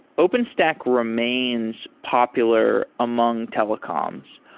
openstack remains popular among telecoms.